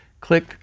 Click